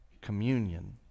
communion